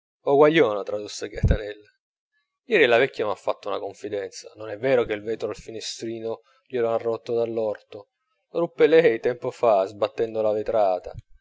guaglione tradusse gaetanella ieri la vecchia m'ha fatta una confidenza non è vero che il vetro al finestrino glie lo han rotto dall'orto lo ruppe lei tempo fa sbattendo la vetrata